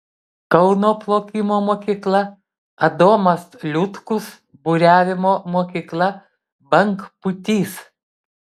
kauno plaukimo mokykla adomas liutkus buriavimo mokykla bangpūtys